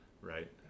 Right